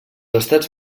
estats